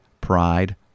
pride